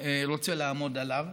רוצה לעמוד עליו,